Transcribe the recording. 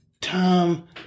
Tom